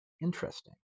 interesting